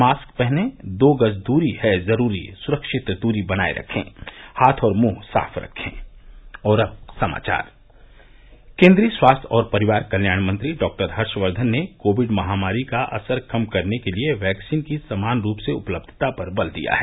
mask पहनें दो गज दूरी है जरूरी सुरक्षित दूरी बनाये रखे हाथ और मुंह साफ रखे केंद्रीय स्वास्थ्य और परिवार कल्याण मंत्री डॉ हर्षवर्धन ने कोविड महामारी का असर कम करने के लिए वैक्सीन की समान रूप से उपलब्यता पर बल दिया है